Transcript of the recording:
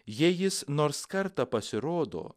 jei jis nors kartą pasirodo